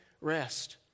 rest